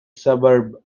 suburb